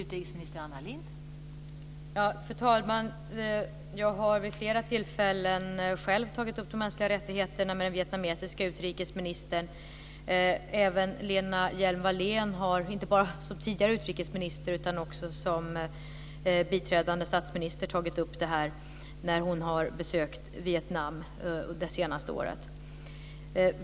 Fru talman! Jag har vid flera tillfällen själv tagit upp de mänskliga rättigheterna med den vietnamesiska utrikesministern. Även Lena Hjelm Wallén har, inte bara som tidigare utrikesminister utan också som biträdande statsminister, tagit upp det här när hon har besökt Vietnam under det senaste året.